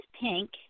pink